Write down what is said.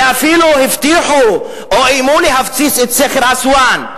ואפילו הבטיחו או איימו להפציץ את סכר אסואן.